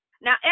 now